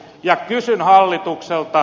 ja kysyn hallitukselta